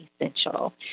essential